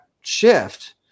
shift